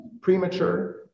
premature